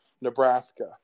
Nebraska